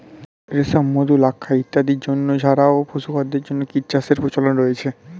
রেশম, মধু, লাক্ষা ইত্যাদির জন্য ছাড়াও পশুখাদ্যের জন্য কীটচাষের প্রচলন রয়েছে